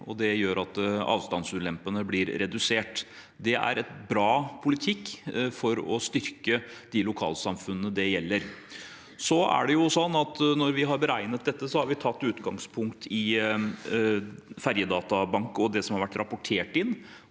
og det gjør at avstandsulempene blir redusert. Det er bra politikk for å styrke de lokalsamfunnene det gjelder. Når vi har beregnet dette, har vi tatt utgangspunkt i ferjedatabanken og det som har vært rapportert inn.